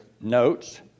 notes